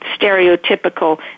stereotypical